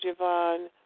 Javon